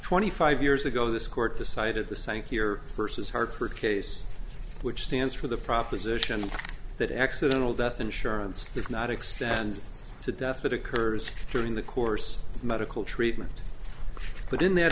twenty five years ago this court decided the sank here versus hartford case which stands for the proposition that accidental death insurance does not extend to death that occurs during the course of medical treatment but in that